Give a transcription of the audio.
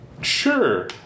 Sure